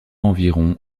environ